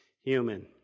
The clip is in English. human